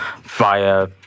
via